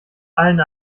allen